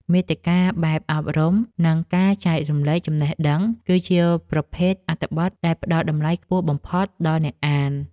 មាតិកាបែបអប់រំ និងការចែករំលែកចំណេះដឹង គឺជាប្រភេទអត្ថបទដែលផ្តល់តម្លៃខ្ពស់បំផុតដល់អ្នកអាន។